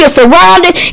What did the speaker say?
surrounded